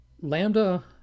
Lambda